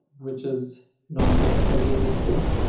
which is not necessarily the case.